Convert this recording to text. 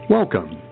Welcome